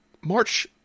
March